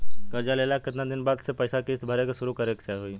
कर्जा लेला के केतना दिन बाद से पैसा किश्त भरे के शुरू करे के होई?